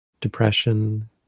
depression